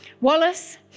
Wallace